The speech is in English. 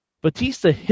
Batista